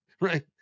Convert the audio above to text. right